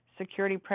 security